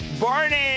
Barney